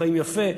חיים יפה,